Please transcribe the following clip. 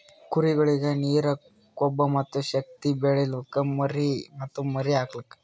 ಕುರಿಗೊಳಿಗ್ ನೀರ, ಕೊಬ್ಬ ಮತ್ತ್ ಶಕ್ತಿ ಬೇಕು ಬೆಳಿಲುಕ್ ಮತ್ತ್ ಮರಿ ಹಾಕಲುಕ್